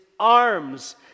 Arms